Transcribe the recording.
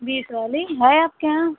बीस वाली है आपके यहाँ